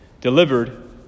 delivered